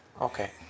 Okay